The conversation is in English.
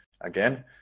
again